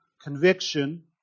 conviction